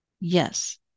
Yes